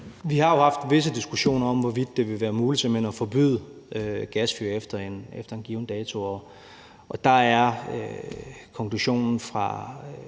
Vi har jo haft visse diskussioner om, hvorvidt det ville være muligt simpelt hen at forbyde gasfyr efter en given dato. Og der er konklusionen fra